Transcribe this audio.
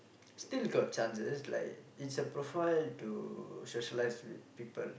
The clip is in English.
still got chance it's like it's a profile to socialise with people